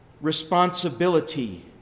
responsibility